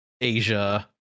asia